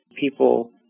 people